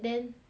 um